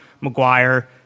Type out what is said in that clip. Maguire